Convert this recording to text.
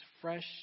fresh